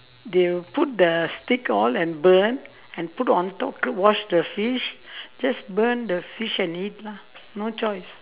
they'll put the stick all and burn and put on top to wash the fish just burn the fish and eat lah no choice